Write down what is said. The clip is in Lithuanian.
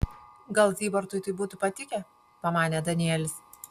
gal zybartui tai būtų patikę pamanė danielis